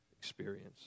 experience